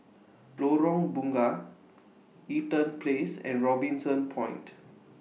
Lorong Bunga Eaton Place and Robinson Point